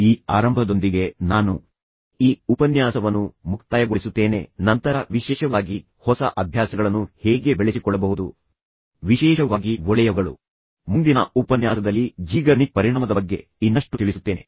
ಈ ಆರಂಭದೊಂದಿಗೆ ನಾನು ಈ ಉಪನ್ಯಾಸವನ್ನು ಮುಕ್ತಾಯಗೊಳಿಸುತ್ತೇನೆ ಮತ್ತು ನಂತರ ನೀವು ವಿಶೇಷವಾಗಿ ಹೊಸ ಅಭ್ಯಾಸಗಳನ್ನು ಹೇಗೆ ಬೆಳೆಸಿಕೊಳ್ಳಬಹುದು ವಿಶೇಷವಾಗಿ ಒಳ್ಳೆಯವುಗಳು ಮತ್ತು ನಂತರ ಮುಂದಿನ ಉಪನ್ಯಾಸದಲ್ಲಿ ಈ ಝೀಗರ್ನಿಕ್ ಪರಿಣಾಮದ ಬಗ್ಗೆ ಇನ್ನಷ್ಟು ತಿಳಿಸುತ್ತೇನೆ